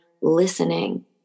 listening